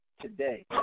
today